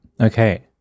Okay